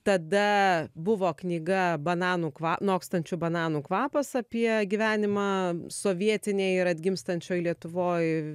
tada buvo knyga bananų kva nokstančių bananų kvapas apie gyvenimą sovietinėj ir atgimstančioj lietuvoj